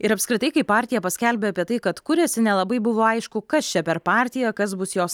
ir apskritai kai partija paskelbė apie tai kad kuriasi nelabai buvo aišku kas čia per partija kas bus jos